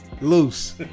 loose